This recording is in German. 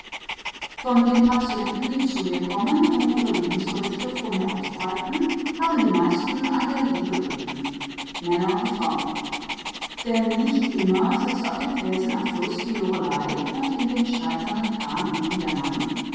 von den patienten die zu mir kommen und ihre lebensberichte vor mir ausbreiten haben die meisten an der liebe gelitten männer wie frauen denn nicht immer sitzt auf dem felsen am fluß die lorelei und in dem scheiternden kahn unten der mann